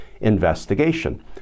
investigation